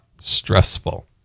stressful